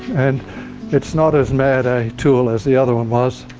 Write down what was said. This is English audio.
and it's not as bad a tool as the other one was.